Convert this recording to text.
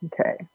Okay